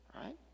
right